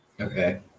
Okay